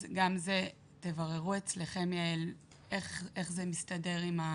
אז גם זה תבררו אצלכם יעל, איך זה מסתדר עם ה